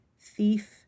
thief